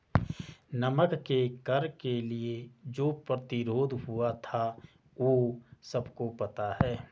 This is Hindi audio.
नमक के कर के लिए जो प्रतिरोध हुआ था वो सबको पता है